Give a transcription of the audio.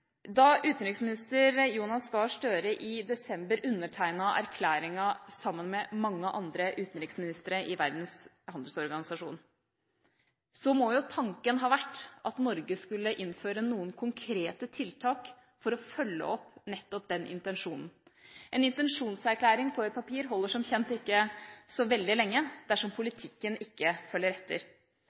Da utenriksminister Jonas Gahr Støre i desember undertegnet erklæringa sammen med mange andre utenriksministre i Verdens handelsorganisasjon, må jo tanken ha vært at Norge skulle innføre noen konkrete tiltak for å følge opp nettopp den intensjonen. En intensjonserklæring på et papir holder som kjent ikke så veldig lenge, dersom politikken ikke følger etter.